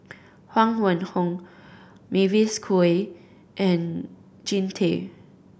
Huang Wenhong Mavis Khoo Oei and Jean Tay